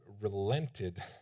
relented